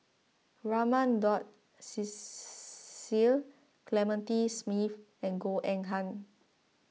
Raman Daud Cecil Clementi Smith and Goh Eng Han